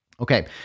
Okay